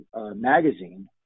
magazine